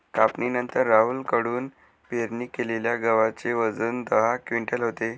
कापणीनंतर राहुल कडून पेरणी केलेल्या गव्हाचे वजन दहा क्विंटल होते